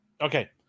Okay